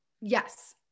Yes